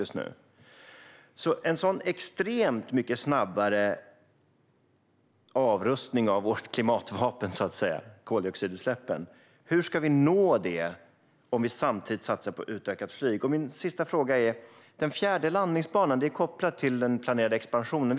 Hur ska vi nå en sådan extremt mycket snabbare avrustning av vårt klimatvapen, koldioxidutsläppen, om vi samtidigt satsar på utökat flyg? Min sista fråga är kopplad till den planerade expansionen och gäller den fjärde landningsbanan.